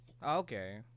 Okay